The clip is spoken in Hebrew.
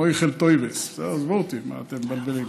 "מויחל טויבס" עזבו אותי, מה אתם מבלבלים.